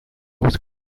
was